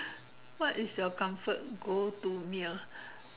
what is your comfort go to meal